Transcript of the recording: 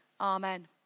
amen